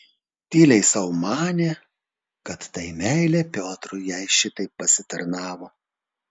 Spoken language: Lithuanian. tyliai sau manė kad tai meilė piotrui jai šitaip pasitarnavo